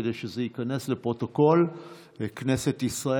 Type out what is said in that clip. כדי שזה ייכנס לפרוטוקול של הכנסת,